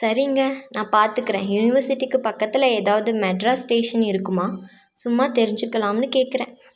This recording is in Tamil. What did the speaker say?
சரிங்க நான் பார்த்துக்குறேன் யூனிவர்சிட்டிக்கு பக்கத்தில் ஏதாவது மெட்ரா ஸ்டேஷன் இருக்குமா சும்மா தெரிஞ்சுக்கலாம்னு கேட்குறேன்